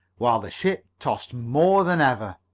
while the ship tossed more than ever.